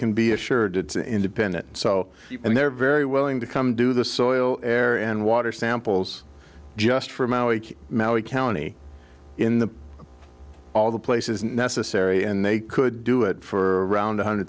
can be assured it's an independent so and they're very willing to come to the soil air and water samples just from maui county in the all the places necessary and they could do it for around a hundred